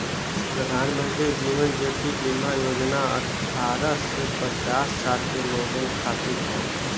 प्रधानमंत्री जीवन ज्योति बीमा योजना अठ्ठारह से पचास साल के लोगन खातिर हौ